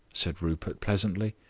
said rupert pleasantly.